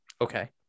Okay